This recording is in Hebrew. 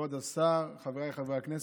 כבוד השר, חבריי חברי הכנסת,